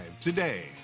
today